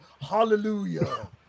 hallelujah